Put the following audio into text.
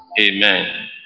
Amen